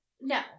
No